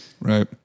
Right